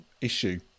issue